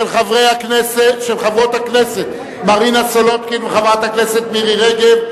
של חברות הכנסת מרינה סולודקין וחברת הכנסת מירי רגב,